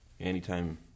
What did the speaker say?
anytime